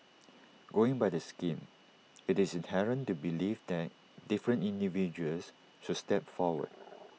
going by the scheme IT is inherent to believe that different individuals should step forward